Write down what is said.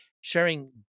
sharing